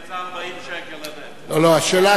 השאלה כמה נפשות הן אותם אנשים,